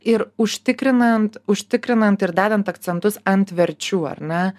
ir užtikrinant užtikrinant ir dedant akcentus ant verčių ar ne